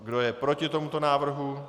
Kdo je proti tomuto návrhu?